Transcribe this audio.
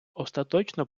остаточно